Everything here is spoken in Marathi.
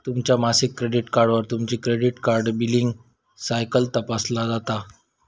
तुमच्या मासिक क्रेडिट कार्डवर तुमची क्रेडिट कार्ड बिलींग सायकल तपासता येता